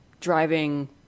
driving